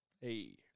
Hey